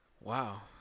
Wow